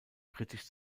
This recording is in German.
kritisch